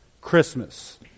Christmas